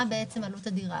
מה בעצם עלות הדירה,